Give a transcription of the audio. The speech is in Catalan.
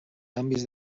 canvis